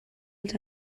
els